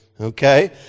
Okay